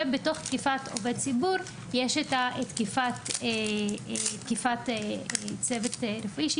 ובתוך תקיפת עובד ציבור יש תקיפת צוות רפואי,